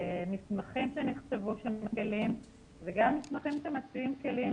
מסמכים שנכתבו שמקלים וגם מסמכים שמציעים כליים,